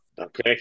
Okay